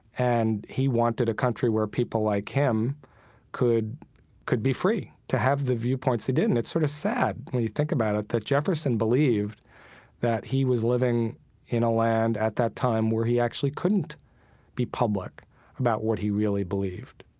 and he wanted a country where people like him could could be free to have the viewpoints he did. and it's sort of sad when you think about it that jefferson believed that he was living in a land at that time where he actually couldn't be public about what he really believed